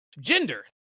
Gender